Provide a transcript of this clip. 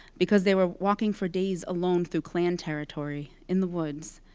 because they were walking for days alone through klan territory, in the woods,